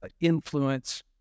influence